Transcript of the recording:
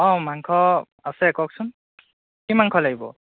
অঁ মাংস আছে কওকচোন কি মাংস লাগিব